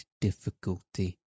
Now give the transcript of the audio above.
difficulty